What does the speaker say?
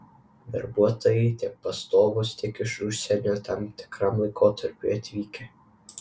darbuotojai tiek pastovūs tiek iš užsienio tam tikram laikotarpiui atvykę